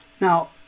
Now